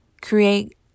create